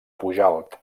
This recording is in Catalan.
pujalt